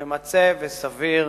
ממצה וסביר,